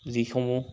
যিসমূহ